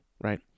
right